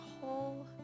whole